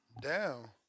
down